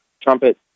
trumpet